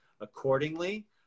accordingly